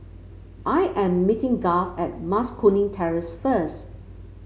I am meeting Garth at Mas Kuning Terrace first